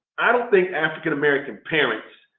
i don't think african american parents.